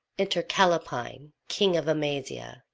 enter callapine, king of amasia,